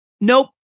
Nope